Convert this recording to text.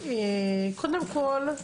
קודם כל,